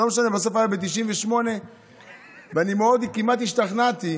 לא משנה, בסוף היה סעיף 98. אני כמעט השתכנעתי,